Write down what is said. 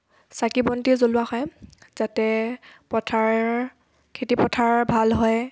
চাকি বন্তি জ্ৱলোৱা হয় যাতে পথাৰ খেতিপথাৰ ভাল হয়